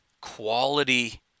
quality